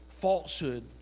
falsehood